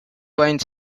point